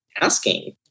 asking